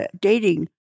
dating